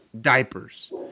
diapers